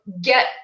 get